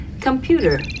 Computer